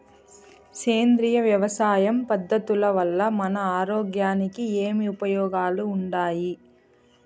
సేంద్రియ వ్యవసాయం పద్ధతుల వల్ల మన ఆరోగ్యానికి ఏమి ఉపయోగాలు వుండాయి?